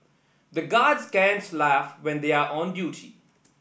the guards can laugh when they are on duty